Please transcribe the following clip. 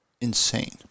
insane